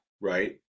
right